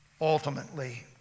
ultimately